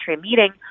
meeting